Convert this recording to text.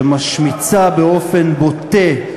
שמשמיצה באופן בוטה,